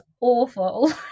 awful